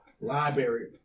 Library